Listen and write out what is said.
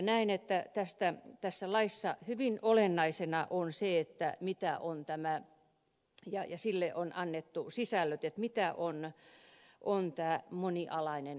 näen että tässä laissa hyvin olennaisena on se mitä tämä on ja sille on annettu sisällöt siitä mitä on tämä monialainen verkostotoiminta